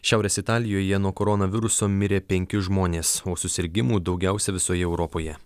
šiaurės italijoje nuo koronaviruso mirė penki žmonės o susirgimų daugiausia visoje europoje